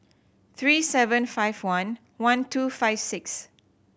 three seven five one one two five six